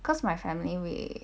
cause my family we